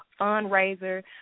fundraiser